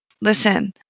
listen